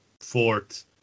fourth